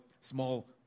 small